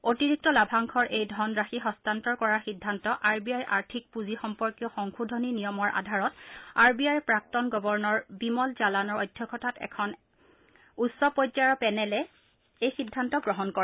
অতিৰিক্ত লাভ্যাংশৰ এই ধনৰাশি হস্তান্তৰ কৰাৰ সিদ্ধান্ত আৰ বি আইৰ আৰ্থিক পুঁজি সম্পৰ্কীয় সংশোধনী নিয়মৰ আধাৰত আৰ বি আইৰ প্ৰাক্তন গৰ্ভণৰ বিমল জালানৰ অধ্যক্ষতাত এখন উচ্চ পৰ্যায়ৰ পেনেলে এই সিদ্ধান্ত গ্ৰহণ কৰে